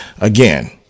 again